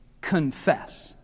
confess